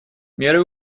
меры